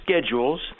schedules